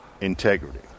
integrity